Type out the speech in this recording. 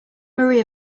maria